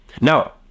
Now